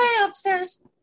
upstairs